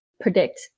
predict